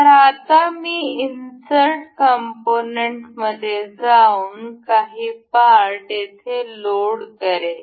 तर आता मी इन्सर्ट कंपोनेंट मध्ये जाऊन काही पार्ट येथे लोड करेल